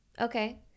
Okay